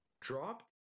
dropped